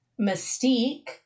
Mystique